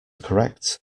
correct